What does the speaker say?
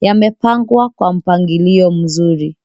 Yamepangwa kwa mpangilio mzuri.